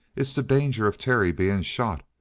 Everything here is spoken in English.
it's the danger of terry being shot.